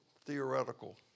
theoretical